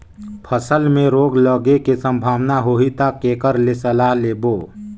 फसल मे रोग लगे के संभावना होही ता के कर ले सलाह लेबो?